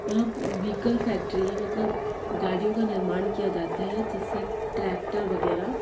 वहाँ vehicle factory है मतलब गाड़ियों का निर्माण किया जाता है जिससे ट्रैक्टर वगैरह